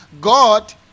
God